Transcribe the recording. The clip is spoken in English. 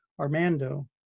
Armando